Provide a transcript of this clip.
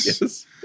Yes